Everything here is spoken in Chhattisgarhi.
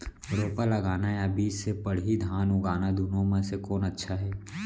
रोपा लगाना या बीज से पड़ही धान उगाना दुनो म से कोन अच्छा हे?